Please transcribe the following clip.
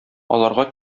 аларга